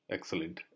Excellent